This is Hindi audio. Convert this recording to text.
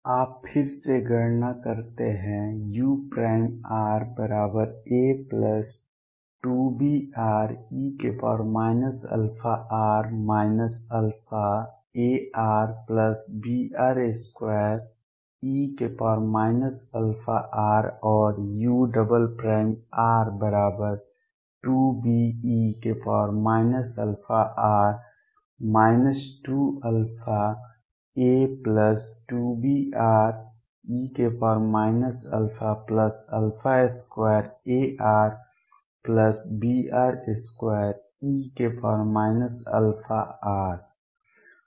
आप फिर से गणना करते हैं ura2bre αr αarbr2e αr और ur2be αr 2αa2bre α2arbr2e αr